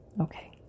Okay